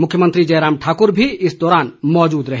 मुख्यमंत्री जयराम ठाक्र भी इस दौरान मौजूद रहे